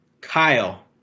Kyle